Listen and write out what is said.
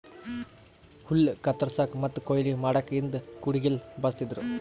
ಹುಲ್ಲ್ ಕತ್ತರಸಕ್ಕ್ ಮತ್ತ್ ಕೊಯ್ಲಿ ಮಾಡಕ್ಕ್ ಹಿಂದ್ ಕುಡ್ಗಿಲ್ ಬಳಸ್ತಿದ್ರು